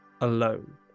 alone